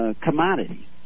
Commodity